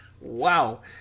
Wow